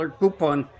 coupon